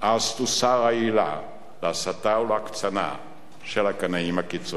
אז תוסר העילה להסתה ולהקצנה של הקנאים הקיצוניים.